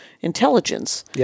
intelligence